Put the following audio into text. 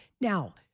Now